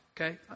Okay